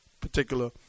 particular